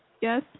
Yes